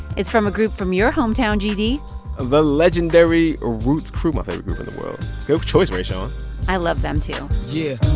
it's from a group from your hometown, gd the legendary roots crew my favorite group in the world. good choice, rayshawn i love them too yeah,